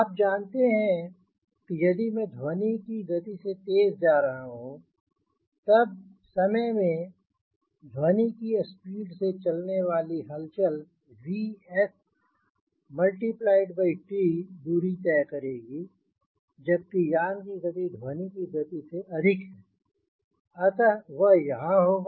आप जानते हैं कि यदि मैं ध्वनि की गति से तेज जा रहा हूँ तब t समय में ध्वनि के स्पीड से चलने वाली हलचल Vs t दूरी तय करेगी जबकि यान की गति ध्वनि की गति से अधिक है अतः वह यहाँ होगा